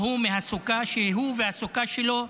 ההוא מהסוכה, שהוא והסוכה שלו,